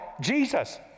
Jesus